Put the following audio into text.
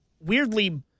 weirdly